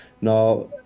Now